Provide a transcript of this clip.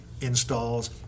installs